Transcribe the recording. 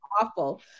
awful